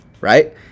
right